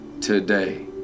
today